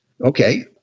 Okay